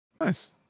Nice